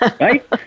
Right